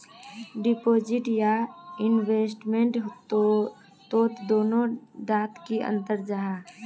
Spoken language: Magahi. डिपोजिट या इन्वेस्टमेंट तोत दोनों डात की अंतर जाहा?